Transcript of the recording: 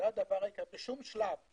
בשום שלב.